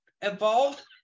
evolve